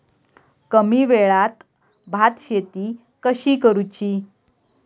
कमी वेळात भात शेती कशी करुची?